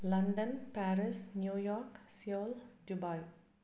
London Paris New York Seoul Dubai